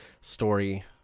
story